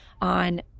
on